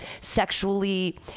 sexually